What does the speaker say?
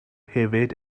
hefyd